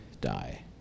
die